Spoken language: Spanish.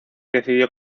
decidió